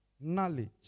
knowledge